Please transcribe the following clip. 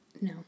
No